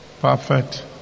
perfect